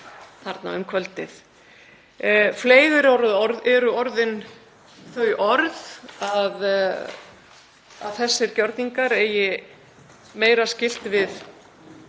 þarna um kvöldið. Fleyg eru orðin þau orð að þessir gjörningar eigi meira skylt við